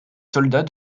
soldats